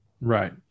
Right